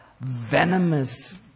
venomous